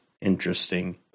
interesting